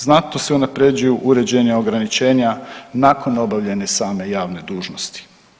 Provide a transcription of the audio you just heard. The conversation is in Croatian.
Znatno se unapređuju uređenja ograničenja nakon obavljene same javne dužnosti.